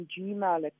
Gmail